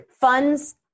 Funds